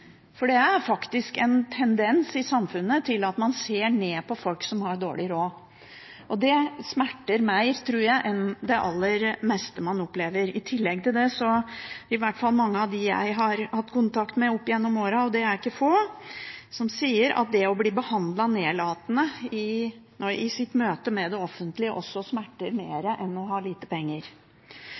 for det er faktisk en tendens i samfunnet til at man ser ned på folk som har dårlig råd. Og det smerter mer, tror jeg, enn det aller meste man opplever. I tillegg til det sier i hvert fall mange av dem jeg har hatt kontakt med opp gjennom årene, og det er ikke få, at det å bli behandlet nedlatende i sitt møte med det offentlige også smerter mer enn å ha lite penger.